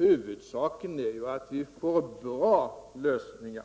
Huvudsaken är ju att vi får bra lösningar